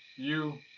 you.